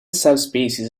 subspecies